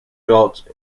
dwelt